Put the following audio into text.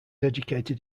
educated